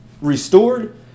restored